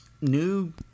new